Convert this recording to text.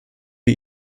wir